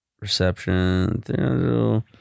Reception